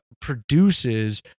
produces